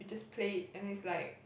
you just play it and then it's like